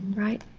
right?